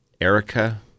Erica